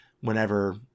whenever